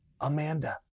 Amanda